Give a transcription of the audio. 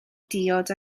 diod